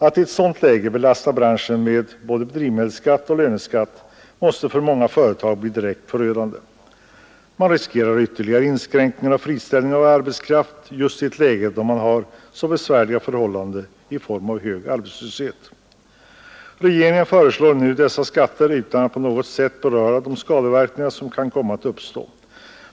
Att i ett sådant läge belasta branschen med både drivmedelsskatt och löneskatt måste för många företag bli direkt förödande. Man riskerar ytterligare inskränkningar och friställning av arbetskraft just i ett läge då man har så besvärliga förhållanden i form av hög arbetslöshet. Regeringen föreslår nu dessa skatter utan att på något sätt beröra de skadeverkningar som kan komma att uppstå.